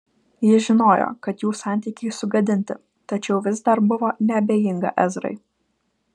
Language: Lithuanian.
ji žinojo kad jų santykiai sugadinti tačiau vis dar buvo neabejinga ezrai